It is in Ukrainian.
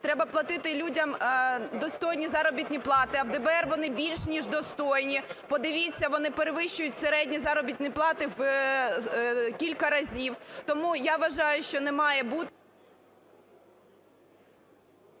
Треба платити людям достойні заробітні плати. А в ДБР вони більш ніж достойні. Подивіться, вони перевищують середні заробітні плати в кілька разів. Тому, я вважаю, що не має бути…